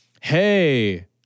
Hey